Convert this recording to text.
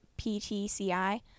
PTCI